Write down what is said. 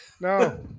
no